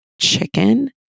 chicken